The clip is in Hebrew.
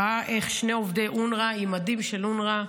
ראה איך שני עובדי אונר"א עם מדים של אונר"א,